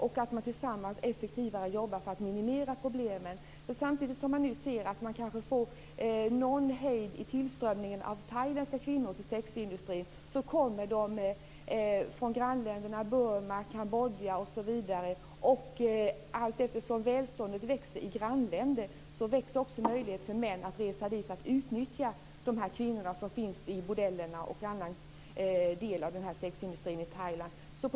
Man måste tillsammans jobba effektivare för att minimera problemen. Samtidigt som man nu ser att det kanske blir någon hejd i tillströmningen av thailändska kvinnor till sexindustrin så kommer de från grannländerna Burma, Kambodja osv. Allteftersom välståndet växer i grannländerna växer också möjligheten för män att resa till Thailand för att utnyttja de kvinnor som finns på bordellerna och i andra delar av sexindustrin där.